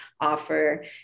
offer